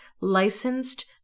licensed